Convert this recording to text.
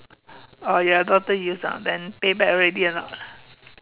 oh ya daughter use ah then pay back already or not